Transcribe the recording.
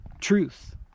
truth